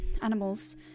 animals